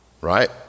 right